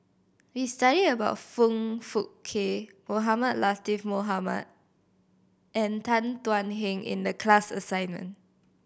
we studied about Foong Fook Kay Mohamed Latiff Mohamed and Tan Thuan Heng in the class assignment